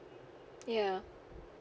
ya